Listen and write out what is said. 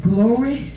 Glory